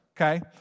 okay